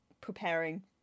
preparing